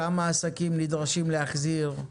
כמה עסקים נדרשים להחזיר?